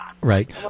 right